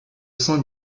sein